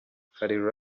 hari